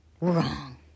Wrong